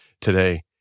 today